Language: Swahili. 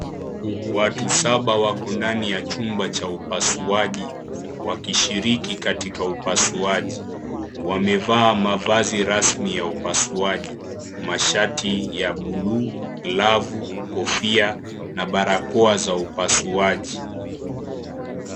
Watu saba wako ndani ya chumba cha upasuaji wakishiriki katika upasuaji, wamevaa mavazi rasmi ya upasuaji mashati ya buluu, glavu, kofia na barakoa za upasuaji.